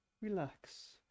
relax